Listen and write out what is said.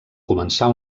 començar